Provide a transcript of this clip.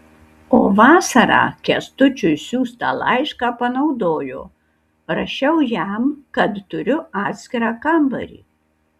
o vasarą kęstučiui siųstą laišką panaudojo rašiau jam kad turiu atskirą kambarį